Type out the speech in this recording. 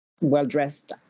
well-dressed